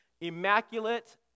Immaculate